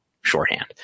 shorthand